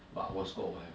but our scope will have